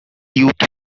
youth